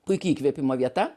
puiki įkvėpimo vieta